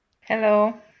Hello